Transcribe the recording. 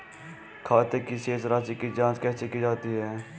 खाते की शेष राशी की जांच कैसे की जाती है?